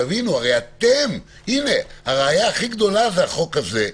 הראיה הכי גדולה זה החוק הזה,